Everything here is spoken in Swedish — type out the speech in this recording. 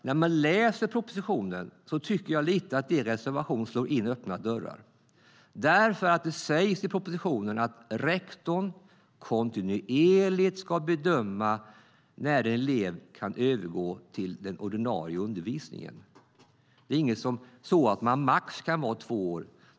När man läser propositionen tycker jag att deras reservation slår in öppna dörrar, för det sägs i propositionen att rektorn kontinuerligt ska bedöma när en elev kan övergå till den ordinarie undervisningen. Det är inte så att man kan gå maximalt två år.